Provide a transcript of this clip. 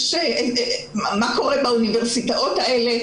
מה קורה באוניברסיטאות האלה?